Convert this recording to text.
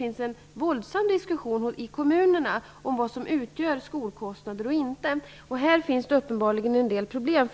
också en våldsam diskussion i kommunerna om vad som utgör skolkostnader eller inte. Här finns det uppenbarligen en del problem.